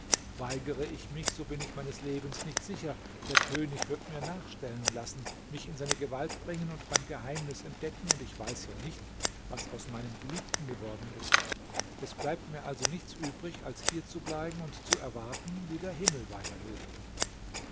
weigere ich mich so bin ich meines lebens nicht sicher der könig wird mir nachstellen lassen mich in seine gewalt bringen und mein geheimnis entdecken und ich weiß ja nicht was aus meinem geliebten geworden ist es bleibt mir also nichts übrig als hier zu bleiben und zu erwarten wie der himmel